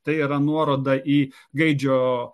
tai yra nuoroda į gaidžio